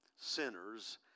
sinners